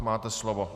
Máte slovo.